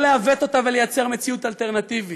לא לעוות אותה ולייצר מציאות אלטרנטיבית.